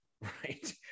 Right